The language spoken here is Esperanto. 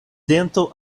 dento